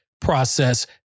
process